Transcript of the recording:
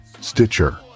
Stitcher